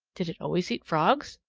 did it always eat frogs,